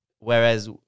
Whereas